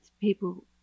people